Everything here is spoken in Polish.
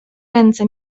ręce